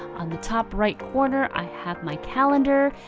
on the top right corner i have my calendar.